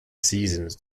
seasons